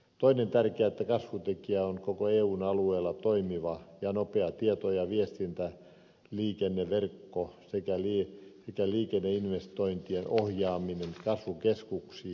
toinen tärkeä kasvutekijä on koko eun alueella toimiva ja nopea tieto ja viestintäliikenneverkko sekä liikenneinvestointien ohjaaminen kasvukeskuksiin